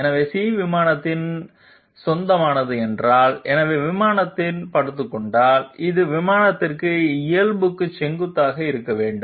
எனவே c விமானத்திற்கு சொந்தமானது என்றால் எனவே விமானத்தில் படுத்துக் கொண்டால் அது விமானத்திற்கும் இயல்புக்கு செங்குத்தாக இருக்க வேண்டும்